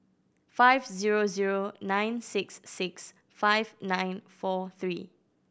five zero zero nine six six five nine four three